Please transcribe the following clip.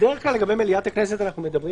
בדרך כלל לגבי מליאת הכנסת אנחנו מדברים